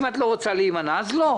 אם את לא רוצה להימנע, אז לא.